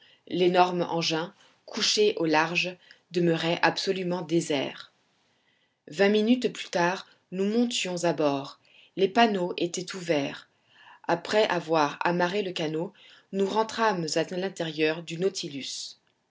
l'énorme engin couché au large demeurait absolument désert vingt minutes plus tard nous montions à bord les panneaux étaient ouverts après avoir amarré le canot nous rentrâmes à l'intérieur du nautilus